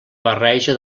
barreja